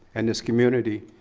and this community,